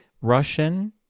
Russian